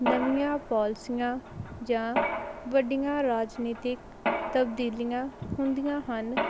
ਨਵੀਆਂ ਪੋਲਸੀਆਂ ਜਾਂ ਵੱਡੀਆਂ ਰਾਜਨੀਤਿਕ ਤਬਦੀਲੀਆਂ ਹੁੰਦੀਆਂ ਹਨ